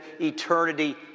eternity